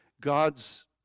God's